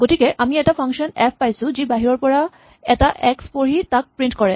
গতিকে আমি এটা ফাংচন এফ পাইছো যি বাহিৰৰ পৰা পৰা এটা এক্স পঢ়ি তাক প্ৰিন্ট কৰে